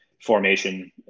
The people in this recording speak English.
formation